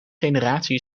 generatie